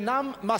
זה לא מספיק.